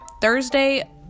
Thursday